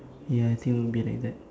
ya I think it will be like that